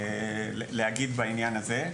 להגיד בעניין הזה.